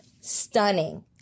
Stunning